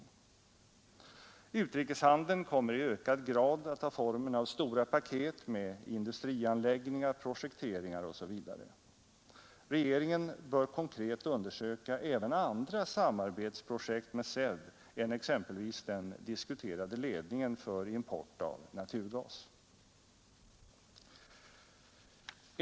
Utrikeshandeln kommer i ökad grad att ta formen av stora paket med industrianläggningar, projekteringar osv. Regeringen bör konkret undersöka även andra samarbetsprojekt med SEV än exempelvis den diskuterade ledningen för import av naturgas.